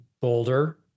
Boulder